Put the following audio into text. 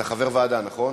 נציין